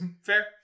fair